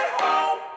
home